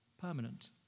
permanent